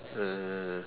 uh